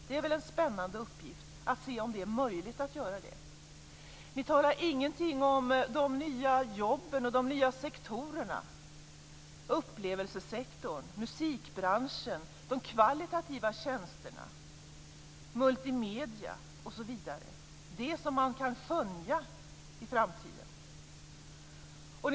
Det är väl en spännande uppgift att se om det är möjligt att göra det. Ni talar inte om de nya jobben och de nya sektorerna - upplevelsesektorn, musikbranschen, de kvalitativa tjänsterna, multimedierna osv., dvs. det som man kan skönja i framtiden.